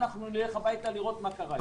אנחנו נלך הביתה לראות מה קרה לו.